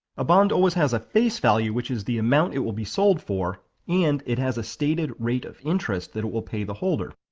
a bond always has a face value which is the amount it will be sold for and it has a stated rate of interest that it will pay the holder.